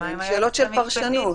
אלה שאלות של פרשנות.